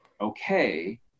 Okay